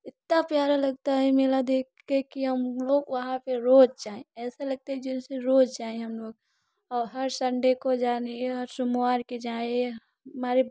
इतना प्यारा लगता है मेला देख के की हम लोग वहां पे रोज जाएं ऐसा लगता जैसे रोज जाएं हम लोग ओर हर संडे को जायें हर सोमवार को जाएं हमारे